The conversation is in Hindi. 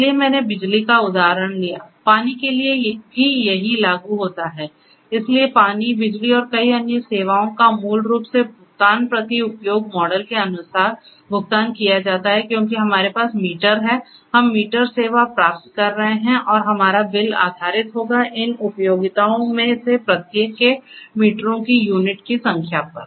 इसलिए मैंने बिजली का उदाहरण लिया पानी के लिए भी यही लागू होता है इसलिए पानी बिजली और कई अन्य सेवाओं का मूल रूप से भुगतान प्रति उपयोग मॉडल के अनुसार भुगतान किया जाता है क्योंकि हमारे पास मीटर है हम मीटर सेवा प्राप्त कर रहे हैं और हमारा बिल आधारित होगा इन उपयोगिताओं में से प्रत्येक के मीटरों की यूनिट संख्या पर